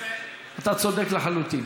אתה צודק לחלוטין.